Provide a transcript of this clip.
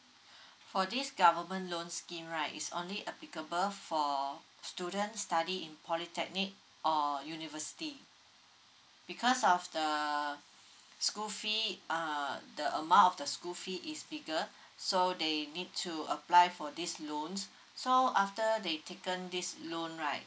for this government loan scheme right is only applicable for student studying in polytechnic or university because of the school fees uh the amount of the school fee is bigger so they need to apply for these loans so after they taken this loan right